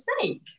snake